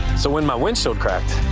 so when my when so cracked.